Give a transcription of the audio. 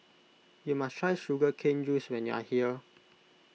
you must try Sugar Cane Juice when you are here